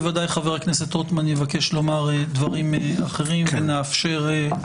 בוודאי חבר הכנסת רוטמן יבקש לומר דברים אחרים ונאפשר לו.